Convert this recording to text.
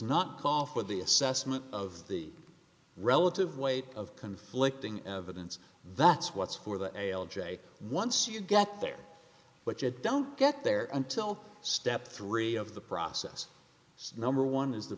not call for the assessment of the relative weight of conflicting evidence that's what's for the a l j once you get there but you don't get there until step three of the process number one is the